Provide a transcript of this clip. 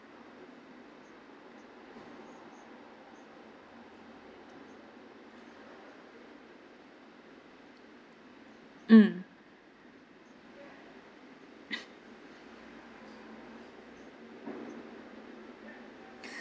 mm